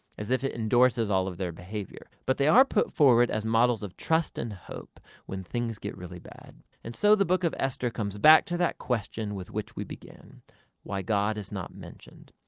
as if it endorses all of their behavior. but they are put forward as models of trust and hope when things get really bad. and so the book of esther comes back to that question with which we begin why god is not mentioned?